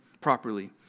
properly